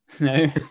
No